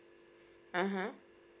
mmhmm